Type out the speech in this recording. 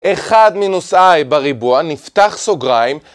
1 מינוס i בריבוע, נפתח סוגריים.